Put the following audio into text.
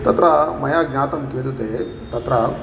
तत्र मया ज्ञातं क्रियते तत्र